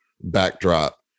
backdrop